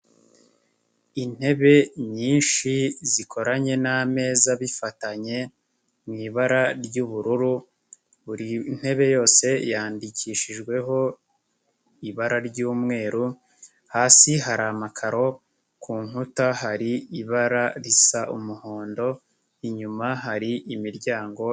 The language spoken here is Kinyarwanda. Intebe nyinshi zikoranye n'ameza bifatanye, mu ibara ry'ubururu, buri ntebe yose yandikishijweho ibara ry'umweru, hasi hari amakaro, ku nkuta hari ibara risa umuhondo, inyuma hari imiryango.